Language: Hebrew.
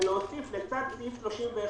ולהוסיף לצד 31,